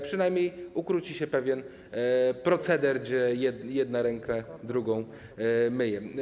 Przynajmniej ukróci się pewien proceder, kiedy jedna ręka drugą myje.